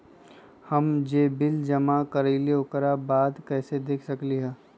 हम जे बिल जमा करईले ओकरा बाद में कैसे देख सकलि ह?